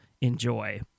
enjoy